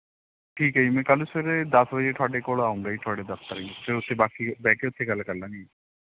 ਠੀਕ ਹੈ ਜੀ ਮੈਂ ਕੱਲ੍ਹ ਨੂੰ ਸਵੇਰੇ ਦਸ ਵਜੇ ਤੁਹਾਡੇ ਕੋਲ ਆਉਂਗਾ ਜੀ ਤੁਹਾਡੇ ਦਫ਼ਤਰ 'ਚ ਫੇਰ ਉੱਥੇ ਬਾਕੀ ਬਹਿ ਕੇ ਉੱਥੇ ਗੱਲ ਕਰ ਲਵਾਂਗੇ ਜੀ